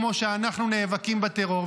כמו שאנחנו נאבקים בטרור,